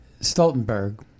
Stoltenberg